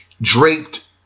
draped